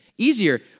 easier